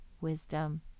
wisdom